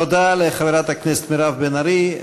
תודה לחברת הכנסת מירב בן ארי.